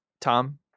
Tom